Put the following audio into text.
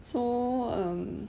so um